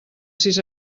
sis